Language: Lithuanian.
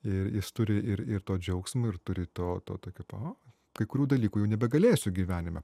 ir jis turi ir ir to džiaugsmo ir turi to to tokio o kai kurių dalykų jau nebegalėsiu gyvenime